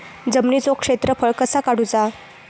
जमिनीचो क्षेत्रफळ कसा काढुचा?